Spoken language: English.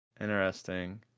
Interesting